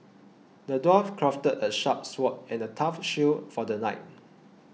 the dwarf crafted a sharp sword and a tough shield for the knight